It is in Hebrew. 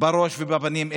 בראש ובאבנים כאלה,